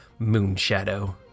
Moonshadow